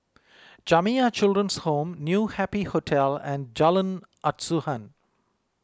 Jamiyah Children's Home New Happy Hotel and Jalan Asuhan